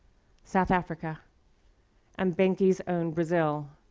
south africa and benki's own brazil,